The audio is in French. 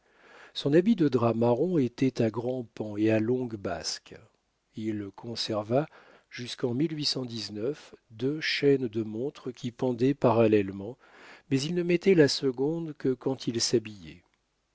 son habit de drap marron était à grands pans et à longues basques il conserva jusquen deux chaînes de montre qui pendaient parallèlement mais il ne mettait la seconde que quand il s'habillait